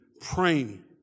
praying